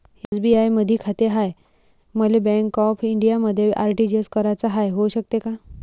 SBI मधी खाते हाय, मले बँक ऑफ इंडियामध्ये आर.टी.जी.एस कराच हाय, होऊ शकते का?